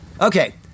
Okay